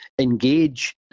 engage